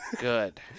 good